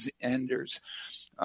enders